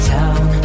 town